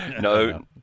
no